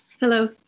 Hello